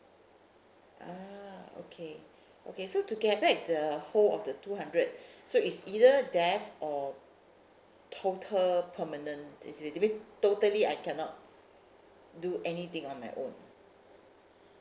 ah okay okay so to get back the whole of the two hundred so is either death or total permanent disability means totally I cannot do anything on my own